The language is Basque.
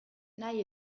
nahi